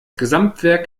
gesamtwerk